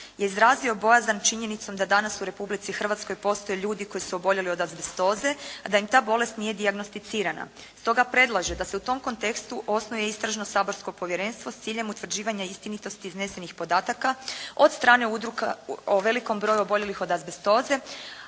je izrazio bojazan činjenicom da danas u Republici Hrvatskoj postoje ljudi koji su oboljeli od azbestoze, a da im ta bolest nije dijagnosticirana. Stoga predlaže da se u tom kontekstu osnuje istražno saborsko povjerenstvo s ciljem utvrđivanja istinitosti iznesenih podataka od strane udruga o velikom broju oboljelih od azbestoze